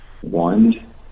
One